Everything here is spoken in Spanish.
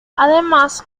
además